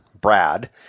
Brad